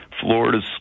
Florida's